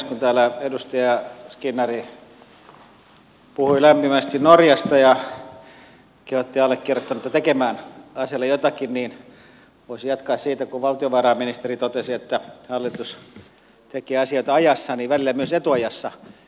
kun täällä edustaja skinnari puhui lämpimästi norjasta ja kehotti allekirjoittanutta tekemään asialle jotakin niin voisin jatkaa siitä että kun valtiovarainministeri totesi että hallitus tekee asioita ajassa niin välillä myös etuajassa